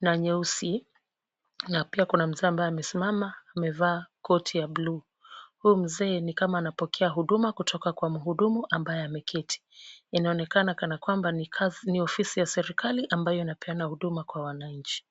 na nyeusi na pia kuna mzee amesimama amevaa koti ya bluu. Huyu mzee ni kama anapokea huduma kutoka kwa mhudumu ambaye ameketi. Inaonekana kana kwamba ni ofisi ya serikali ambayo inapeana huduma kwa wananchi.